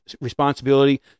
responsibility